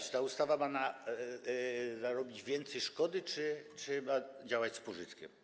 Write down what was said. Czy ta ustawa ma narobić więcej szkody, czy ma działać z pożytkiem?